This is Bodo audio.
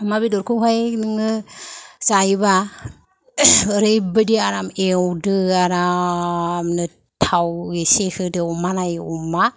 अमा बेदरखौहाय नोङो जायोबा ओरैबादि आराम एवदो आरामनो थाव एसे होदो अमा नायै अमा